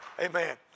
Amen